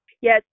yes